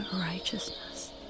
Righteousness